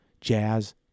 Jazz